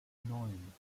neun